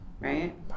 right